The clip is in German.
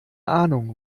ahnung